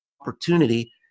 opportunity